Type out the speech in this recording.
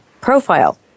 profile